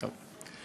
טוב.